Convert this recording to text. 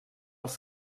els